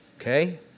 okay